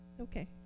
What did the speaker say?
Okay